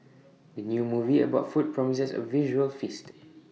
the new movie about food promises A visual feast